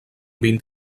vint